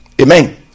Amen